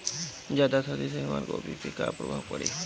ज्यादा सर्दी से हमार गोभी पे का प्रभाव पड़ी?